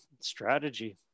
strategy